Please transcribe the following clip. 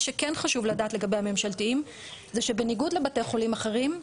מה שכן חשוב לדעת לגבי הממשלתיים זה שבניגוד לבתי חולים אחרים,